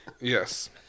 Yes